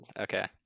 Okay